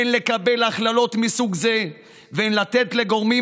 אין לקבל הכללות מסוג זה ואין לתת לגורמים